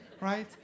right